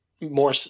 more